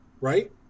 Right